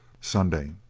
sunday